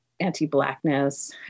anti-blackness